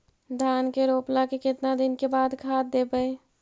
धान के रोपला के केतना दिन के बाद खाद देबै?